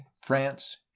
France